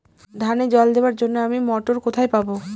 ধানে জল দেবার জন্য আমি মটর কোথায় পাবো?